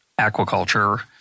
aquaculture